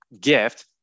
gift